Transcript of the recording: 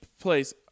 place